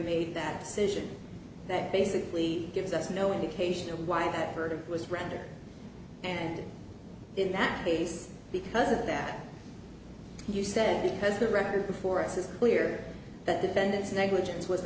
made that decision that basically gives us no indication why that verdict was rendered and in that case because of that you said because the record before us is clear that defendant's negligence was